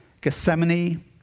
Gethsemane